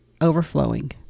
overflowing